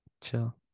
chill